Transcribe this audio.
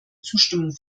zustimmung